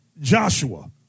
Joshua